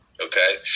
okay